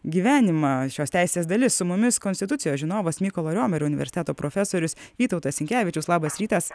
gyvenimą šios teisės dalis su mumis konstitucijos žinovas mykolo riomerio universiteto profesorius vytautas sinkevičius labas rytas